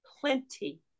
Plenty